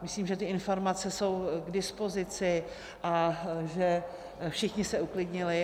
Myslím, že informace jsou k dispozici a že všichni se uklidnili.